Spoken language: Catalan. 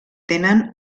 tenen